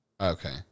Okay